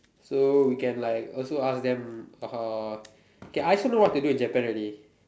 so we can like also ask them uh K I also know what to do in Japan already